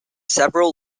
several